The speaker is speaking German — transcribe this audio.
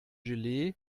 gelee